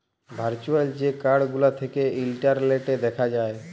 virtual যে card গুলা থ্যাকে ইলটারলেটে দ্যাখা যায়